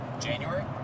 January